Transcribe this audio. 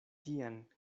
tian